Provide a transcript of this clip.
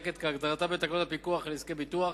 כהגדרתה בתקנות הפיקוח על עסקי ביטוח